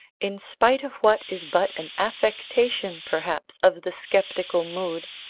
in spite of what is but an affectation, perhaps, of the sceptical mood,